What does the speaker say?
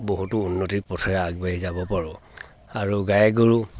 বহুতো উন্নতিৰ পথেৰে আগবাঢ়ি যাব পাৰোঁ আৰু গাই গৰু